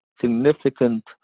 significant